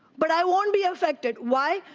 but i wont be affected. why?